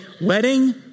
wedding